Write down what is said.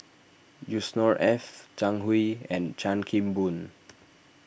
Yusnor Ef Zhang Hui and Chan Kim Boon